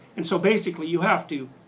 and so basically, you have to